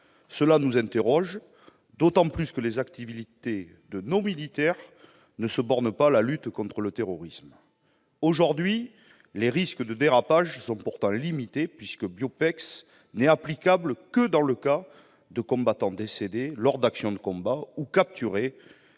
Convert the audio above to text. Ceci nous interroge d'autant plus que les activités de nos militaires ne se bornent pas à la lutte contre le terrorisme. Aujourd'hui, les risques de « dérapages » sont pourtant limités, puisque le fichier BIOPEX ne concerne que les combattants décédés, lors d'actions de combat, ou capturés